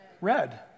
Red